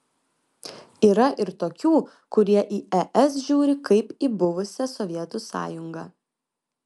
yra ir tokių kurie į es žiūri kaip į buvusią sovietų sąjungą